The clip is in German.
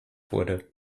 wurde